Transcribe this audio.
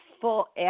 full